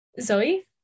Zoe